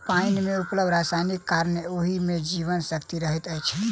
पाइन मे उपलब्ध रसायनक कारणेँ ओहि मे जीवन शक्ति रहैत अछि